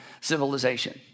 civilization